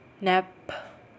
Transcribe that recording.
nap